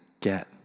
get